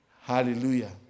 Hallelujah